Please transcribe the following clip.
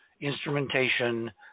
instrumentation